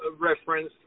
reference